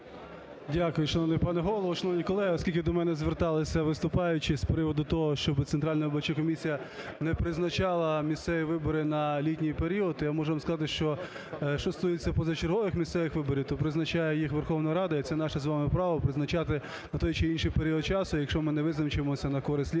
Дякую, шановний пане Голово. Шановні колеги, оскільки до мене зверталися виступаючі з приводу того, щоби Центральна виборча комісія не призначала місцеві вибори на літній період, то я можу вам сказати, що, що стосується позачергових місцевих виборів, то призначає їх Верховна Рада, і це наше з вами право – призначати на той чи інший період часу. І, якщо ми не визначмося на користь літа,